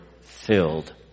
filled